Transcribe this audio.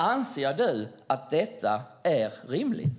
Anser du att detta är rimligt?